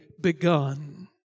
begun